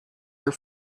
your